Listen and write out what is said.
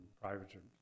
private